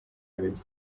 abiri